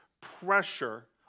pressure